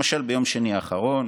למשל ביום שני האחרון,